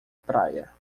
praia